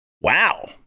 Wow